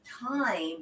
time